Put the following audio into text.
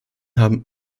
haben